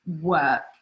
work